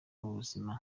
mubuzima